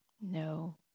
No